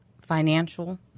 financial